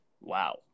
Wow